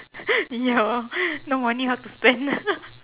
ya no money how to spend